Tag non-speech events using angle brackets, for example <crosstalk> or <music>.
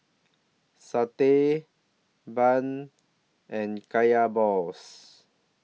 Satay Bun and <noise> Kaya Balls